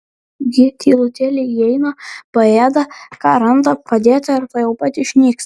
ji tylutėliai įeina paėda ką randa padėta ir tuoj pat išnyksta